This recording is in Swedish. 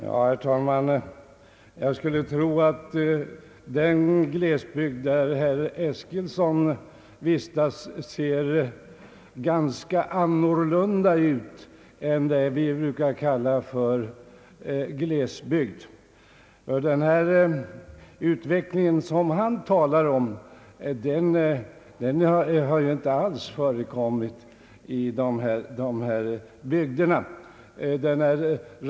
Herr talman! Jag skulle tro att den glesbygd där herr Eskilsson vistas ser ganska annorlunda ut än det vi brukar kalla för glesbygd. Den utveckling han talar om har ju inte alls förekommit i dessa bygder.